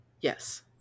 Yes